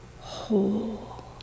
whole